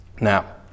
Now